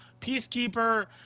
peacekeeper